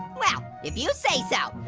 huh, well, if you say so.